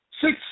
six